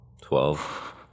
Twelve